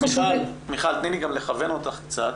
מיכל, תני לי לכוון אותך קצת.